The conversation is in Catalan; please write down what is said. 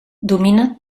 domina